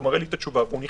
הוא מראה את התשובה ונכנס.